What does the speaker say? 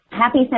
happy